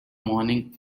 morning